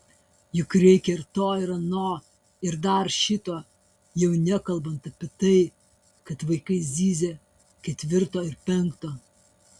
juk reikia ir to ir ano ir dar šito jau nekalbant apie tai kad vaikai zyzia ketvirto ir penkto